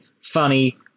funny